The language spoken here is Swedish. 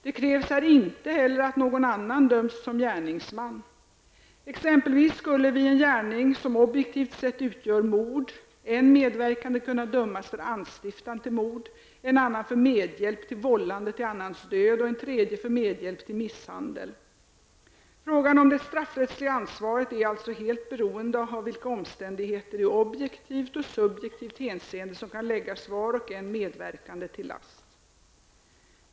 Det krävs här inte heller att någon annan döms som gärningsman. Exempelvis skulle vid en gärning som objektivt sett utgör mord en medverkande kunna dömas för anstiftan till mord, en annan för medhjälp till vållande till annans död och en tredje för medhjälp till misshandel. Frågan om det straffrättsliga ansvaret är alltså helt beroende av vilka omständigheter i objektivt och subjektivt hänseende som kan läggas var och en medverkande till last.